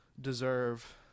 deserve